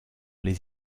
les